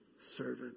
servant